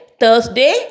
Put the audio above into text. Thursday